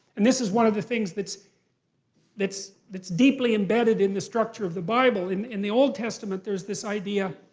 and this is one of the things that's that's deeply embedded in the structure of the bible. in in the old testament, there's this idea,